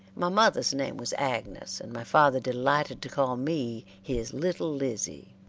my mother's name was agnes, and my father delighted to call me his little lizzie.